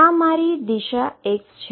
આ મારી દિશા x છે